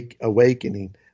awakening